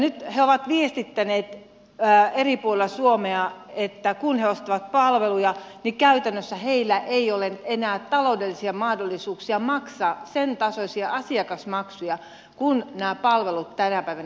nyt he ovat viestittäneet eri puolilla suomea että kun he ostavat palveluja niin käytännössä heillä ei ole enää taloudellisia mahdollisuuksia maksaa sentasoisia asiakasmaksuja kuin nämä palvelut tänä päivänä edellyttävät